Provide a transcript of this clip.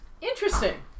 Interesting